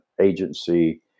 agency